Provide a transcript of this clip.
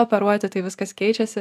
operuojati tai viskas keičiasi